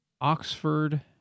Oxford